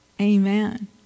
Amen